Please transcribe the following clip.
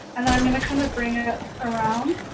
and i'm gonna kind of bring it around